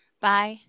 Bye